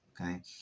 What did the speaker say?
Okay